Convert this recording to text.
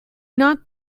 not